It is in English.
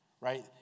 right